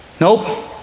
Nope